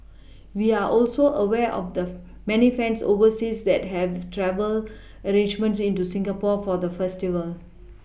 we are also aware of the many fans overseas that have travel arrangements into Singapore for the festival